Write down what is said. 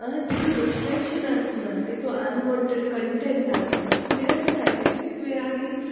आं तितू डिस्ट्रेक्शन आसना तितू आनवाँटेड कंटेंट आसना क्लियर सायन्टिफीक वे आनी